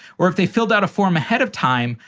or if they filled out a form ahead of time,